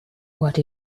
what